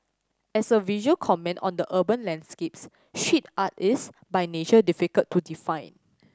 as a visual comment on the urban landscapes street art is by nature difficult to define